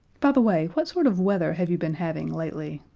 by the way, what sort of weather have you been having lately?